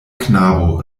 knabo